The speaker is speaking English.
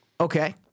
Okay